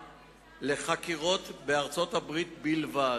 2. בכמה ארצות החקירות מתנהלות?